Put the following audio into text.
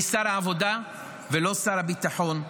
אני שר העבודה ולא שר הביטחון.